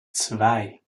zwei